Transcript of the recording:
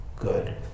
good